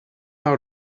out